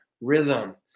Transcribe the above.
rhythm